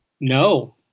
No